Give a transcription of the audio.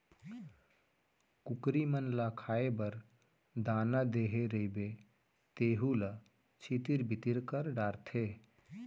कुकरी मन ल खाए बर दाना देहे रइबे तेहू ल छितिर बितिर कर डारथें